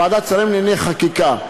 ועדת שרים לענייני חקיקה.